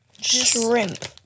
shrimp